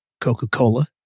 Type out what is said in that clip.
Coca-Cola